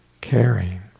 caring